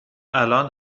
الان